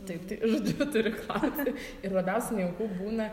taip tai žodžiu turiu klausti ir labiausiai nejauku būna